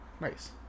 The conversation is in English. Nice